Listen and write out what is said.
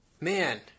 man